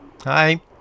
Hi